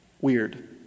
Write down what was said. Weird